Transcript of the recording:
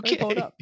Okay